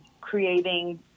creating